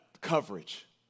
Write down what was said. coverage